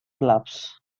clubs